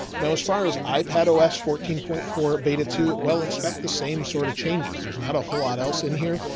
now, as far as ipad, ios fourteen point four, beta two, well expect the same sort of changes. there's not a whole lot else in here.